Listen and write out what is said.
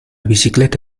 bicicleta